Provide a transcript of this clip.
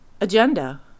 agenda